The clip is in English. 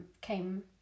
came